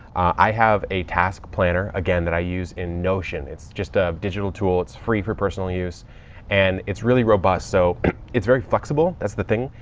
i have a task planner again that i use in notion. it's just a digital tool. it's free for personal use and it's really robust. so it's very flexible. that's the thing.